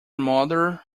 mother